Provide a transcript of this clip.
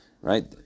right